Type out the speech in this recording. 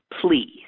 please